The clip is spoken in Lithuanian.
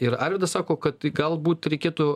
ir arvydas sako kad galbūt reikėtų